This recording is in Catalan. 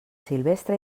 silvestre